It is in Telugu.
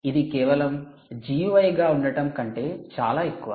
ఇది కేవలం GUI గా ఉండటం కంటే చాలా ఎక్కువ